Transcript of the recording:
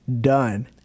done